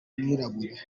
umwirabura